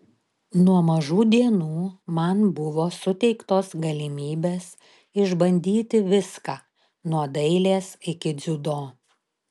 nuo mažų dienų man buvo suteiktos galimybės išbandyti viską nuo dailės iki dziudo